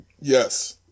Yes